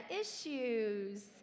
issues